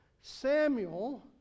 Samuel